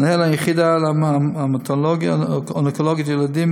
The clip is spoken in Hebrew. מנהל היחידה להמטו-אונקולוגיה ילדים